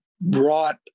brought